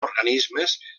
organismes